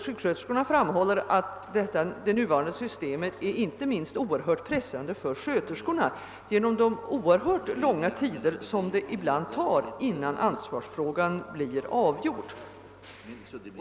Sjuksköterskorna framhåller att det nuvarande systemet är, inte minst för sköterskorna, oerhört pressande på grund av de mycket långa tider som det ibland tar, innan ansvarsfrågan blir avgjord.